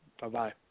Bye-bye